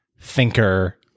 thinker